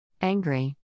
Angry